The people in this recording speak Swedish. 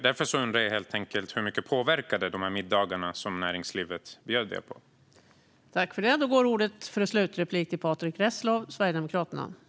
Därför undrar jag helt enkelt hur mycket de middagar som näringslivet bjöd er på påverkade.